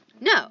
No